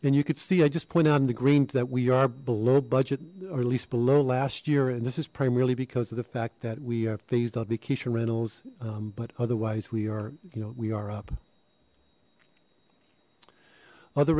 and you could see i just point out in the green that we are below budget or at least below last year and this is primarily because of the fact that we are phased on vacation rentals but otherwise we are you know we are up othe